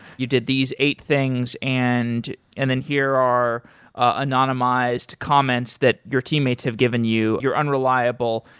you did these eight things. and and then here are anonymized comments that your teammates have given you. you're unreliable.